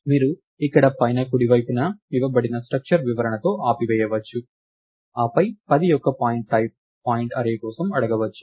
మీరు ఇక్కడ పైన కుడివైపున ఇవ్వబడిన స్ట్రక్చర్ వివరణతో ఆపివేయవచ్చు ఆపై 10 యొక్క పాయింట్టైప్ పాయింట్ అర్రే కోసం అడగవచ్చు